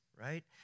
right